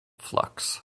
flux